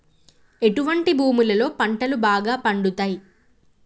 ఎటువంటి భూములలో పంటలు బాగా పండుతయ్?